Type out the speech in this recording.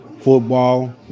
football